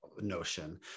notion